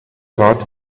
thought